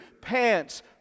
pants